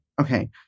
okay